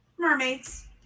mermaids